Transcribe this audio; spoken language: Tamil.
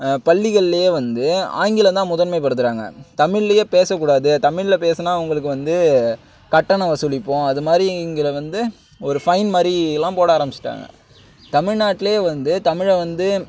பள்ளிகள்லியே வந்து ஆங்கிலம்தான் முதன்மைப்படுத்தறாங்க தமிழிலையே பேசக்கூடாது தமிழில் பேசினா அவர்களுக்கு வந்து கட்டணம் வசூலிப்போம் அதுமாதிரிங்கற வந்து ஒரு ஃபைன் மாதிரிலாம் போட ஆரம்பிச்சுட்டாங்க தமிழ்நாட்டில் வந்து தமிழை வந்து